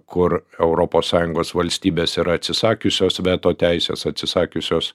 kur europos sąjungos valstybės yra atsisakiusios veto teisės atsisakiusios